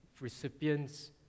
recipients